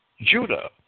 Judah